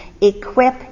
equip